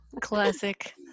Classic